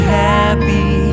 happy